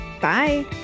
bye